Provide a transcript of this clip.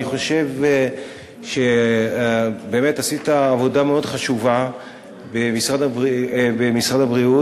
אני חושב שעשית עבודה מאוד חשובה במשרד הבריאות.